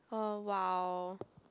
oh !wow!